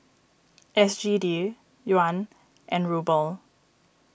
S G D Yuan and Ruble